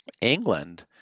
England